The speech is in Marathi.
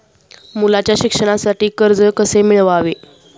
मुलाच्या शिक्षणासाठी कर्ज कसे मिळवावे?